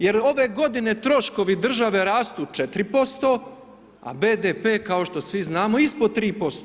Jer ove g. troškovi države rastu 4%, a BDP kao što svi znamo ispod 3%